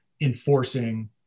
enforcing